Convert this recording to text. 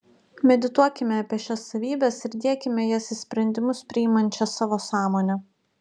medituokime apie šias savybes ir diekime jas į sprendimus priimančią savo sąmonę